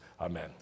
amen